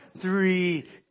three